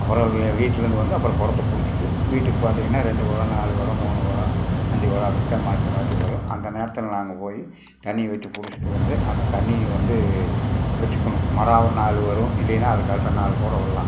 அப்பறம் வீ வீட்டிலேருந்து வந்து அப்பறம் குடத்த பிடிச்சிட்டு வீட்டுக்கு பார்த்தீங்கன்னா ரெண்டு குடம் நாலு குடம் மூணு குடம் அஞ்சு குடம் அப்படி தான் மாற்றி மாற்றி வரும் அந்த நேரத்தில் நாங்கள் போய் தண்ணியை விட்டு பிடிச்சுட்டு வந்து அந்த தண்ணி வந்து வச்சிக்கணும் மறாவது நாள் வரும் இல்லையின்னால் அதுக்கடுத்த நாள் கூட விடலாம்